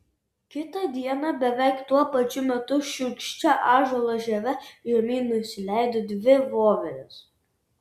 kitą dieną beveik tuo pačiu metu šiurkščia ąžuolo žieve žemyn nusileido dvi voverės